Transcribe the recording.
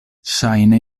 ŝajne